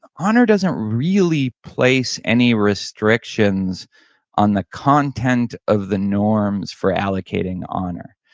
honor doesn't really place any restrictions on the content of the norms for allocating honor.